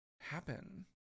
happen